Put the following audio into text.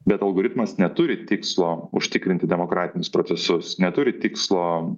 bet algoritmas neturi tikslo užtikrinti demokratinius procesus neturi tikslo